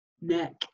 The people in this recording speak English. neck